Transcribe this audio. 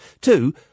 Two